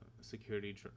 security